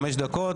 חמש דקות.